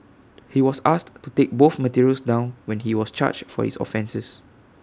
he was asked to take both materials down when he was charged for his offences